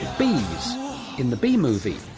bees in the bee movie.